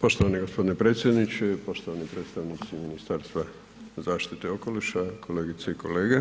Poštovani gospodine predsjedniče, poštovani predstavnici Ministarstva zaštite okoliša, kolegice i kolege,